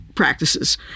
practices